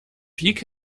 pik